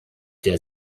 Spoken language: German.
der